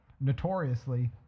notoriously